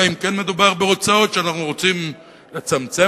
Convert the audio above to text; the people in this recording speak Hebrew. אלא אם כן מדובר בהוצאות שאנחנו רוצים לצמצם,